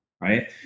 Right